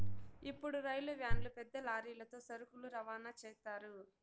ఇప్పుడు రైలు వ్యాన్లు పెద్ద లారీలతో సరుకులు రవాణా చేత్తారు